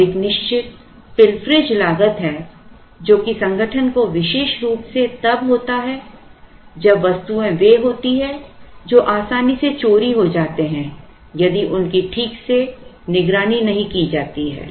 और एक निश्चित पिलफरेज लागत है जो कि संगठन को विशेष रूप से तब होता है जब वस्तुएं वे होती हैं जो आसानी से चोरी हो जाते हैं यदि उनकी ठीक से निगरानी नहीं की की जाती है